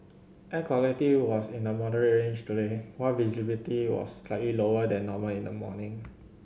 air quality was in the moderate range today while visibility was slightly lower than normal in the morning